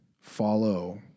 follow